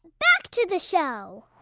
back to the show